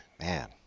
man